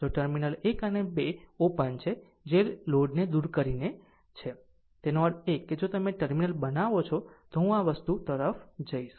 જો ટર્મિનલ 1 અને 2 ઓપન છે જે લોડને દૂર કરીને છે તેનો અર્થ એ કે જો તમે આ ટર્મિનલ બનાવો છો તો હું આ વસ્તુ તરફ જઈશ